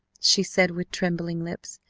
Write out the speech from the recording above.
she said with trembling lips,